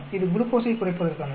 இது குளுக்கோஸைக் குறைப்பதற்கானது